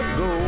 go